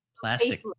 plastic